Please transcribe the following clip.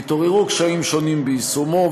התעוררו קשיים שונים ביישומו,